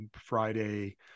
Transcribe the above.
Friday